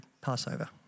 Passover